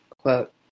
quote